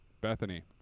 Bethany